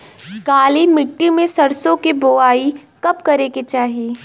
काली मिट्टी में सरसों के बुआई कब करे के चाही?